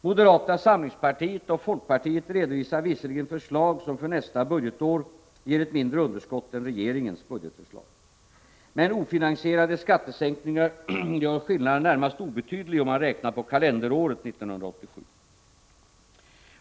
Moderata samlingspartiet och folkpartiet redovisar visserligen förslag som för nästa budgetår ger ett mindre underskott än regeringens budgetförslag. Men ofinansierade skattesänkningar gör skillnaden närmast obetydlig om man räknar på kalenderåret 1987.